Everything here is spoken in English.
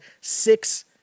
six